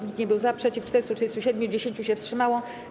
Nikt nie był za, przeciw - 437, 10 się wstrzymało.